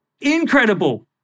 Incredible